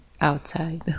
outside